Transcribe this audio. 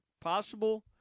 possible